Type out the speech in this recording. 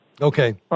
Okay